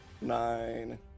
nine